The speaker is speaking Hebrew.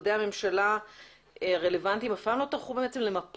משרדי הממשלה הרלוונטיים אף פעם לא טרחו למפות